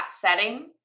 setting